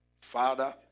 Father